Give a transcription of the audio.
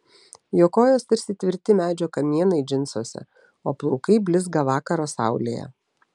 jo kojos tarsi tvirti medžio kamienai džinsuose o plaukai blizga vakaro saulėje